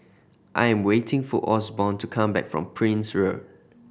I'm waiting for Osborne to come back from Prince Road